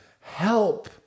help